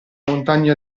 montagne